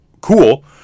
cool